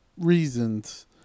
reasons